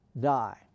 die